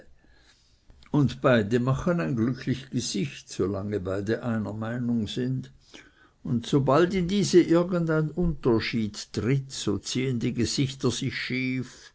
und beide machen ein glücklich gesicht solange beide einer meinung sind und sobald in diese irgend ein unterschied trittet so ziehen die gesichter sich schief